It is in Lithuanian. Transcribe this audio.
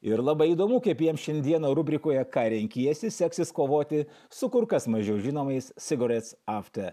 ir labai įdomu kaip jiems šiandieną rubrikoje ką renkiesi seksis kovoti su kur kas mažiau žinomais cigarettes after